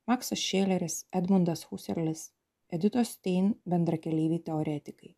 maksas šileris edmundas huserlis editos stein bendrakeleiviai teoretikai